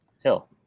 Hill